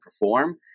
perform